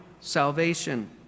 salvation